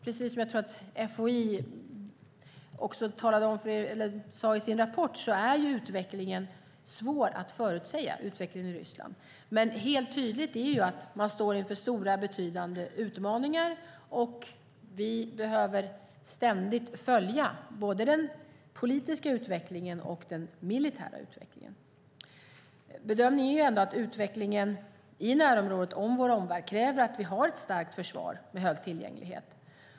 Precis som jag tror att FOI sade i sin rapport är utvecklingen i Ryssland svår att förutsäga. Men helt tydligt är att de står inför betydande utmaningar och att vi ständigt behöver följa både den politiska utvecklingen och den militära utvecklingen. Bedömningen är ändå att utvecklingen i närområdet och vår omvärld kräver att vi har ett starkt försvar med hög tillgänglighet.